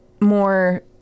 more